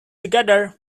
together